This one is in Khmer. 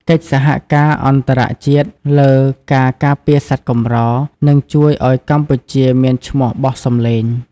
កិច្ចសហការអន្តរជាតិលើការការពារសត្វកម្រ នឹងជួយឱ្យកម្ពុជាមានឈ្មោះបោះសម្លេង។